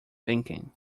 thinking